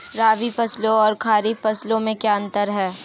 रबी फसलों और खरीफ फसलों में क्या अंतर है?